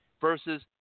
versus